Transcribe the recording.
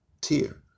tier